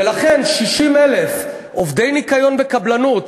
ולכן 60,000 עובדי ניקיון בקבלנות,